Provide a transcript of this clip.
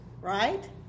right